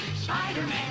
Spider-Man